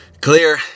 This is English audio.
clear